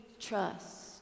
trust